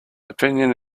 opinion